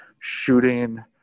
shooting